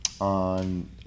on